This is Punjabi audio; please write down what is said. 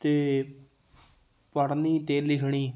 ਅਤੇ ਪੜ੍ਹਨੀ ਅਤੇ ਲਿਖਣੀ